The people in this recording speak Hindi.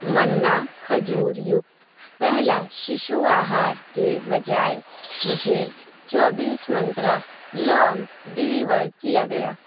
मन्ना खजूर युक्त पहला शिशु आहार के बजाय मुझे चौबीस मंत्रा लौंग डिलीवर किया गया